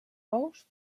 ous